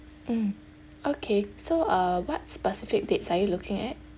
um okay so uh what specific dates are you looking at